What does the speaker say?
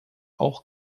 auch